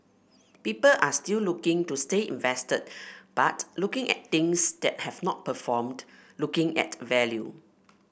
people are still looking to stay invested but looking at things that have not performed looking at value